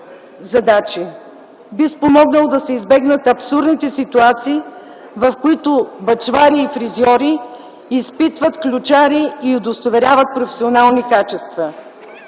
задачи. Би спомогнало да се избегнат абсурдните ситуации, в които бъчвари и фризьори изпитват ключари и удостоверяват професионални качества.